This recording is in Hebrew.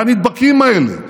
זה הנדבקים האלה,